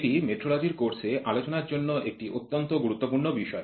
এটি মেট্রোলজির কোর্সে আলোচনার জন্য একটি অত্যন্ত গুরুত্বপূর্ণ বিষয়